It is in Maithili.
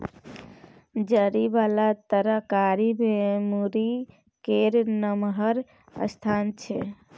जरि बला तरकारी मे मूरइ केर नमहर स्थान छै